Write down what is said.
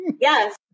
Yes